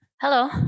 hello